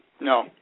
No